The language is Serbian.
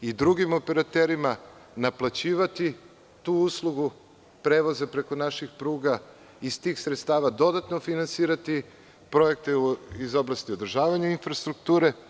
i drugim operaterima, naplaćivati tu uslugu prevoza preko naših pruga i iz tih sredstava dodatno finansirati projekte iz oblasti održavanja infrastrukture.